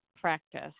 practice